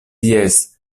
jes